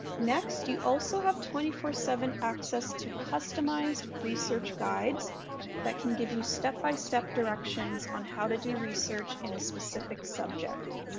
next you also have twenty four seven access to customized research guides that can give you step-by-step directions on how to do research in a specific subject.